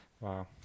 Wow